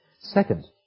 Second